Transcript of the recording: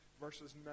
verses